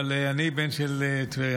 אבל אני בן של טבריינית.